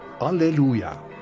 Alleluia